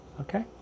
okay